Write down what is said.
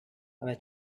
they